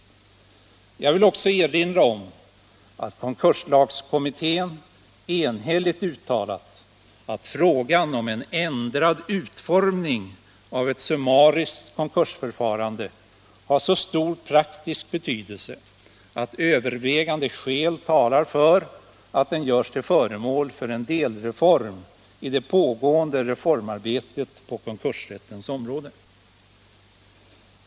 Jag vill också erinra om att konkurslagskommittén enhälligt uttalat att frågan om en ändrad utformning av ett summariskt konkursförfarande har så stor praktisk betydelse att övervägande skäl talar för att den görs till föremål för en delreform i det pågående reformarbetet på konkursrättens område.